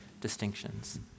distinctions